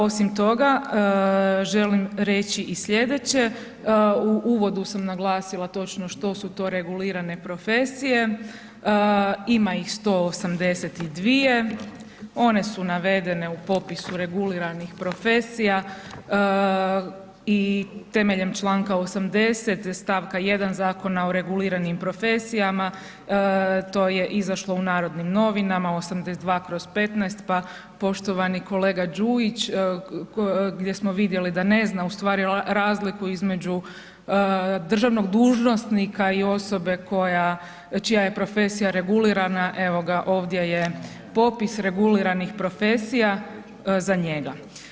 Osim toga, želim reći i sljedeće, u uvodu sam naglasila točno što su to regulirane profesije, ima ih 182-je, one su navedene u popisu reguliranih profesija i temeljem članka 80., stavka 1. Zakona o reguliranim profesijama, to je izašlo u Narodnim novinama, 82/15, pa poštovani kolega Đujić, gdje smo vidjeli da ne zna, u stvari razliku između državnog dužnosnika i osobe koja, čija je profesija regulirana, evo ga, ovdje je popis reguliranih profesija za njega.